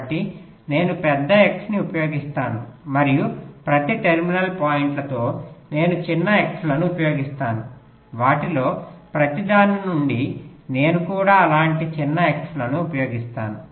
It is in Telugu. కాబట్టి నేను పెద్ద X ని ఉపయోగిస్తాను మరియు ప్రతి టెర్మినల్ పాయింట్లతో నేను చిన్న X లను ఉపయోగిస్తాను వాటిలో ప్రతి దాని నుండి నేను కూడా అలాంటి చిన్న X లను ఉపయోగిస్తాను